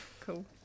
Cool